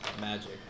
magic